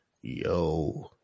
Yo